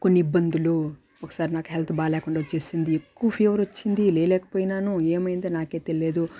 కొన్ని ఇబ్బందులు ఒకసారి నాకు హెల్త్ బాగాలేకుండా వచ్చేసింది ఎక్కువ ఫీవరు వచ్చింది లేయలేకపోయినాను ఏమయిందో నాకే తెలియలేదు